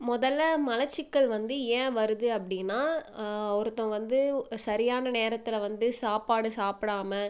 முதல்ல மலச்சிக்கல் வந்து ஏன் வருது அப்படின்னா ஒருத்தவங்க வந்து சரியான நேரத்தில் வந்து சாப்பாடு சாப்பிடாம